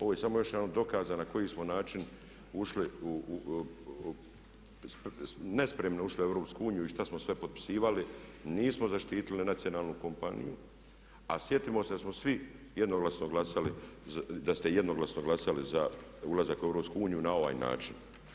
Ovo je samo još jedan od dokaza na koji smo način ušli, nespremno ušli u EU i što smo sve potpisivali, nismo zaštitili nacionalnu kompaniju a sjetimo se da smo svi jednoglasno glasali da ste jednoglasno glasali za ulazak u EU na ovaj način.